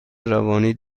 روانی